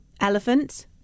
Elephant